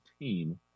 team